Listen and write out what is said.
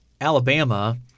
Alabama